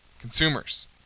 consumers